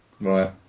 Right